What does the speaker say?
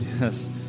Yes